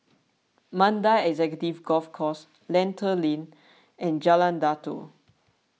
Mandai Executive Golf Course Lentor Lane and Jalan Datoh